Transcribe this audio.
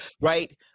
Right